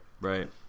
right